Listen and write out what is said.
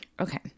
Okay